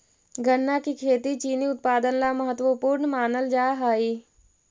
गन्ना की खेती चीनी उत्पादन ला महत्वपूर्ण मानल जा हई